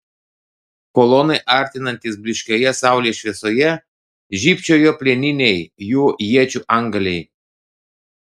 kolonai artinantis blyškioje saulės šviesoje žybčiojo plieniniai jų iečių antgaliai